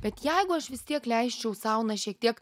bet jeigu aš vis tiek leisčiau sau na šiek tiek